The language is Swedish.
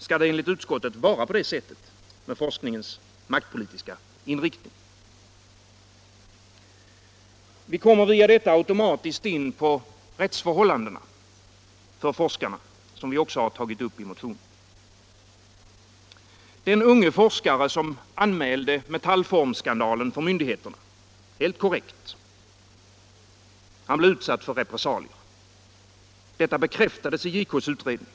Skall det enligt utskottet vara på det sättet med forskningens maktpolitiska inriktning? Vi kommer via detta automatiskt in på rättsförhållandena för forskarna, som vi också har tagit upp i motionen. Den unge forskare som — helt korrekt — anmälde Metallformskandalen för myndigheterna blev utsatt Nr 25 för repressalier. Detta bekräftades i JK:s utredning.